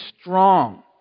strong